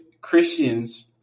Christians